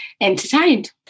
entertained